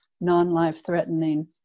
non-life-threatening